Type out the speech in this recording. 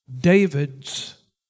David's